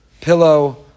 pillow